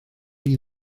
chi